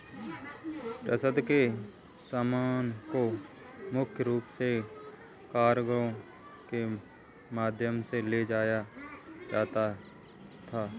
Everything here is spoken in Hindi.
रसद के सामान को मुख्य रूप से कार्गो के माध्यम से ले जाया जाता था